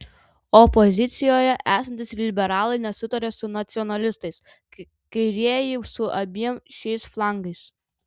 opozicijoje esantys liberalai nesutaria su nacionalistais kairieji su abiem šiais flangais